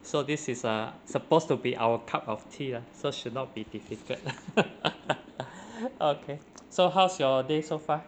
so this is ah supposed to be our cup of tea lah so should not be difficult okay so how's your day so far